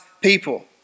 people